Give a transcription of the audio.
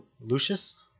Lucius